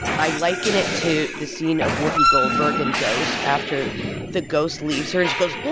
i liken it to the scene of whoopi goldberg in ghost after the ghost leaves her. and she goes,